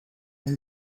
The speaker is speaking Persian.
این